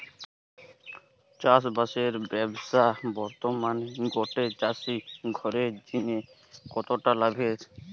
চাষবাসের ব্যাবসা বর্তমানে গটে চাষি ঘরের জিনে কতটা লাভের?